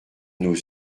nos